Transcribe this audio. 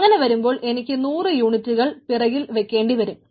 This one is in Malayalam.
അങ്ങനെ വരുമ്പോൾ എനിക്ക് 100 യൂണിറ്റുകൾ പിറകിൽ വക്കേണ്ടിവരും